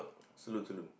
salon salon